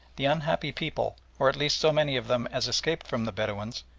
the unhappy people, or at least so many of them as escaped from the bedouins,